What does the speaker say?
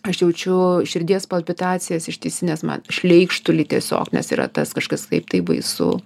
aš jaučiu širdies palpitacijas ištisinęs man šleikštulį tiesiog nes yra tas kažkas taip tai baisu